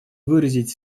выразить